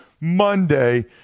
Monday